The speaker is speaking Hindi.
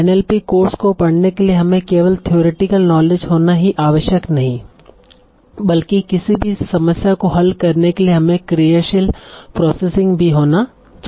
एनएलपी कोर्स को पढने के लिए हमे केवल थ्योरेटिकल नॉलेज होना ही आवश्यक नहीं बल्कि किसी भी समास्य को हल करने के लिए हमे क्रियाशील प्रोसेसिंग भी होना चाहिए